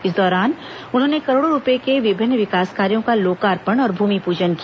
इस दौरान उन्होंने करोड़ों रूपये के विभिन्न विकास कार्यों का लोकार्पण और भूमिप्रजन किया